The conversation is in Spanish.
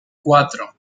cuatro